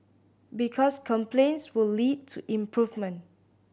because complaints will lead to improvement